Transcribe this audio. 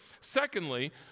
Secondly